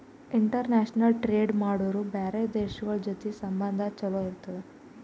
international trade ಮಾಡುರ್ ಬ್ಯಾರೆ ದೇಶಗೋಳ್ ಜೊತಿ ಸಂಬಂಧ ಛಲೋ ಇರ್ತುದ್